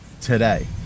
today